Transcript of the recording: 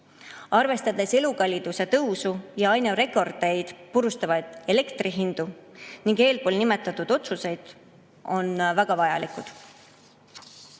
Arvestades elukalliduse tõusu ja aina rekordeid purustavaid elektrihindu ning eespool nimetatud otsuseid on see väga vajalik.